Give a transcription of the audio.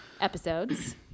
episodes